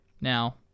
Now